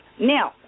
Now